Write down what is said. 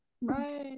right